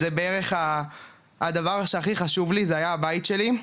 זה בערך הדבר שהכי חשוב לי, זה היה הבית שלי,